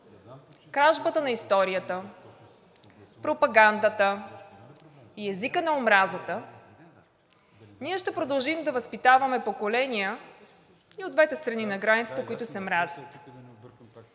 кражбата на историята, пропагандата и езикът на омразата, ние ще продължим да възпитаваме поколения и от двете страни на границата, които се мразят.